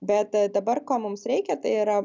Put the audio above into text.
bet dabar ko mums reikia tai yra